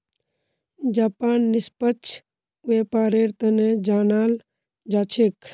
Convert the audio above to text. Japan निष्पक्ष व्यापारेर तने जानाल जा छेक